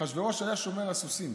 אחשוורוש היה שומר הסוסים,